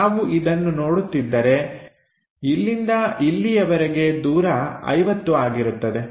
ನಾವು ಇದನ್ನು ನೋಡುತ್ತಿದ್ದರೆ ಇಲ್ಲಿಂದ ಇಲ್ಲಿಯವರೆಗೆ ದೂರ 50 ಆಗಿರುತ್ತದೆ